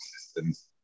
systems